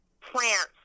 plants